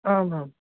आम् आम्